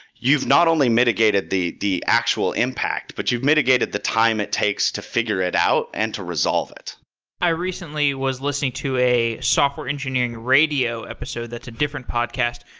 you've not only mitigated the the actual impact, but you've mitigated the time it takes to figure it out and to resolve it i recently was listening to a software engineering radio episode, that's a different podcast,